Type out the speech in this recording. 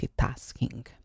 multitasking